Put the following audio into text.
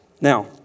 Now